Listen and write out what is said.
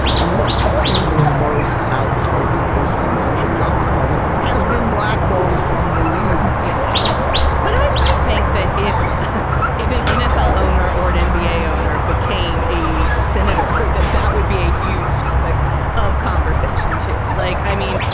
i mean, look, the single most outspoken person on social justice causes has been blackballed from the league yeah, probably but i i think that if if an nfl owner or an and nba owner became a senator, that that would be a huge topic of conversation, too, like. i mean,